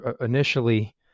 Initially